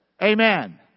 Amen